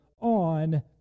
on